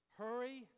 hurry